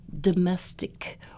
domestic